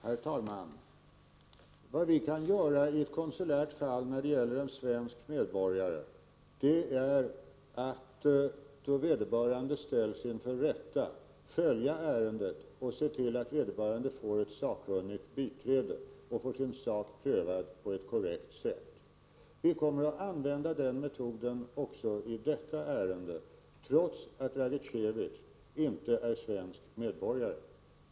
Herr talman! Vad vi kan göra i ett konsulärt fall när det gäller en svensk medborgare är att då vederbörande ställs inför rätta följa ärendet och se till att vederbörande får ett sakkunnigt biträde och får sin sak prövad på ett korrekt sätt. Vi kommer att använda den metoden också i detta ärende, trots att Dragicevic inte är svensk medborgare.